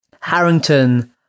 Harrington